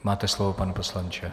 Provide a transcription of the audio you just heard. Máte slovo, pane poslanče.